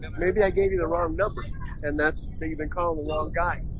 maybe i gave you the wrong number and that's they've been calling the loan guy